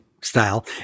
Style